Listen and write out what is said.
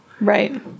Right